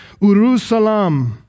Urusalam